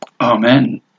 Amen